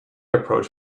approach